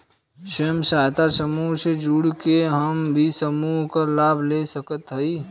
स्वयं सहायता समूह से जुड़ के हम भी समूह क लाभ ले सकत हई?